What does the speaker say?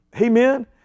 Amen